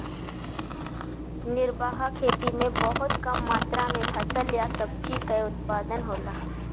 निर्वाह खेती में बहुत कम मात्र में फसल या सब्जी कअ उत्पादन होला